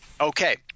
Okay